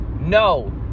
no